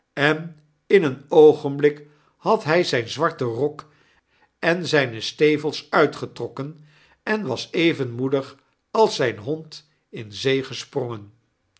en in een oogenblik had hy zyn z wart en rok en zyne stevels uitgetrokken en was even moedig als zyn hond in zee gesprongen